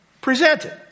presented